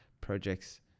projects